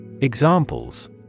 Examples